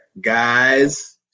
Guys